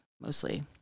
mostly